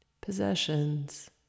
possessions